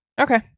Okay